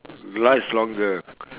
last longer